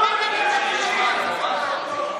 הברחת משקיעים, סירוב פקודה,